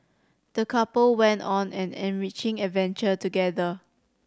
the couple went on an enriching adventure together